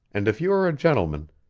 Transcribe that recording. and if you are a gentleman,